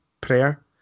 prayer